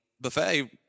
buffet